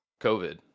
COVID